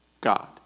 God